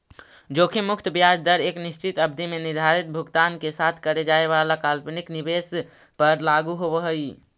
जोखिम मुक्त ब्याज दर एक निश्चित अवधि में निर्धारित भुगतान के साथ करे जाए वाला काल्पनिक निवेश पर लागू होवऽ हई